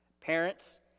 Parents